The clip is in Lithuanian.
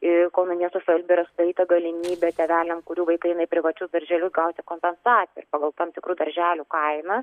ir kauno miesto savivaldybėj yra sudaryta galimybė tėveliams kurių vaikai eina į privačius darželius gauti kompensaciją pagal tam tikrų darželių kainą